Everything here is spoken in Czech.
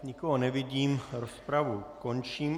Nikoho nevidím, rozpravu končím.